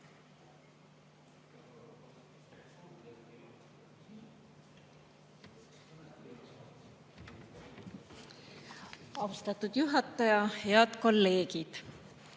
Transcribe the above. Austatud juhataja! Head kolleegid!